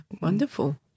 Wonderful